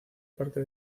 parte